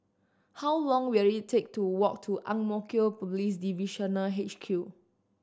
how long will it take to walk to Ang Mo Kio Police Divisional H Q